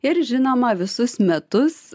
ir žinoma visus metus